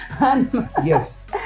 yes